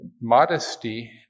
Modesty